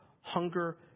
hunger